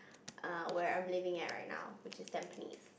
err where I'm living at right now which is Tampines